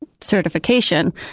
certification